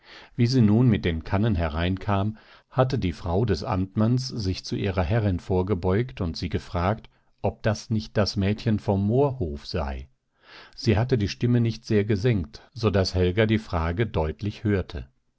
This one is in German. wie sie nun mit den kannen hereinkam hatte die frau des amtmanns sich zu ihrer herrin vorgebeugt und sie gefragt ob das nicht das mädchen vom moorhof sei sie hatte die stimme nicht sehr gesenkt so daß helga die frage deutlich hörte